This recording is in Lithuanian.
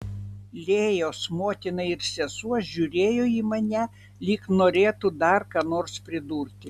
lėjos motina ir sesuo žiūrėjo į mane lyg norėtų dar ką nors pridurti